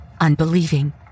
unbelieving